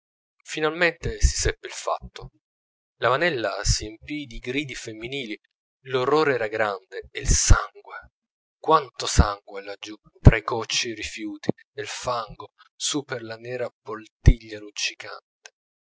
finalmente si seppe il fatto la vanella si empì di gridi femminili l'orrore era grande e il sangue quanto sangue laggiù tra i cocci e i rifiuti nel fango su per la nera poltiglia luccicante